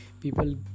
people